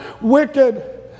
wicked